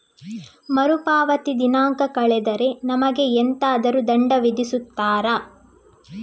ಮರುಪಾವತಿ ದಿನಾಂಕ ಕಳೆದರೆ ನಮಗೆ ಎಂತಾದರು ದಂಡ ವಿಧಿಸುತ್ತಾರ?